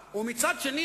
אולי זה 0:5,